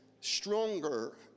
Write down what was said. stronger